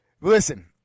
Listen